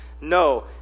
No